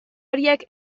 horiek